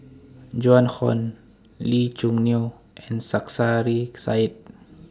Joan Hon Lee Choo Neo and Sarkasi Said